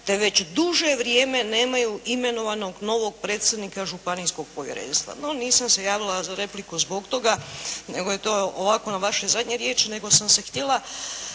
te već duže vrijeme nemaju imenovanog novog predsjednika Županijskog povjerenstva. No nisam se javila za repliku zbog toga, nego je to ovako na vaše zadnje riječi, nego sam se htjela